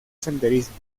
senderismo